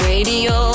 Radio